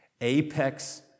apex